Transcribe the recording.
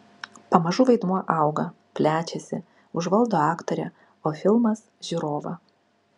pamažu vaidmuo auga plečiasi užvaldo aktorę o filmas žiūrovą